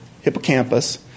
hippocampus